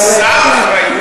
זה כל הזמן זה אותו דבר.